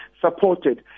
supported